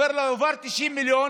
הוא אומר: הועברו 90 מיליון